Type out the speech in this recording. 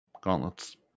Gauntlets